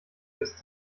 ist